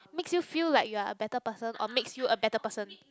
makes you feel like you are a better person or makes you a better person